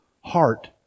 heart